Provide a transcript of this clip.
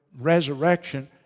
resurrection